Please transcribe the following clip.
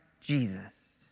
Jesus